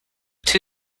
two